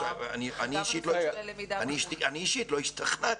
אני אישית לא השתכנעתי.